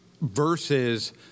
versus